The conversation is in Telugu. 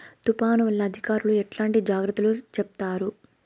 తుఫాను వల్ల అధికారులు ఎట్లాంటి జాగ్రత్తలు చెప్తారు?